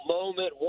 moment